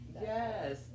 Yes